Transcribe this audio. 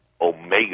Omega